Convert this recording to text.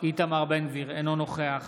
אינו נוכח